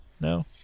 No